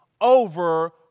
over